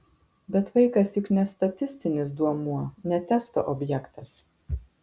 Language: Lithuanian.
bet vaikas juk ne statistinis duomuo ne testo objektas